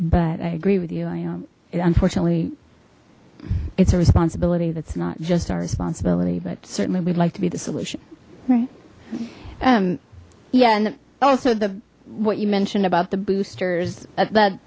but i agree with you i am it unfortunately it's a responsibility that's not just our responsibility but certainly we'd like to be the solution right um yeah and also the what you mentioned about the boosters that